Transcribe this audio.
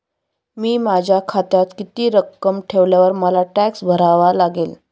मी माझ्या खात्यात किती रक्कम ठेवल्यावर मला टॅक्स भरावा लागेल?